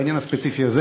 בעניין הספציפי הזה,